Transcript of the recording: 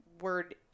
word